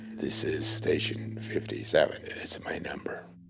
this is station fifty seven. it's my number